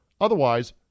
Otherwise